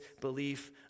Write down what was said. belief